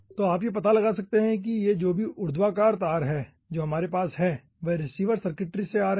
तो आप यह पता लगा सकते हैं कि यह जो भी ऊर्ध्वाधर तार हैं जो हमारे पास हैं वे रिसीवर सर्किट्री से आ रहे हैं